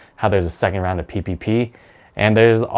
how there's a second round of ppp and there's,